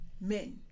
men